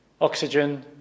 oxygen